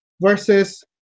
versus